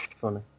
funny